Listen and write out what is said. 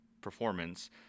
performance